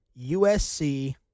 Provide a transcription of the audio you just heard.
USC